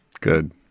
Good